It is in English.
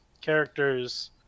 characters